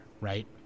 right